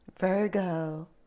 Virgo